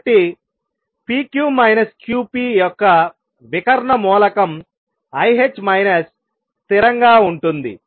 కాబట్టి p q q p యొక్క వికర్ణ మూలకం i స్థిరంగా ఉంటుంది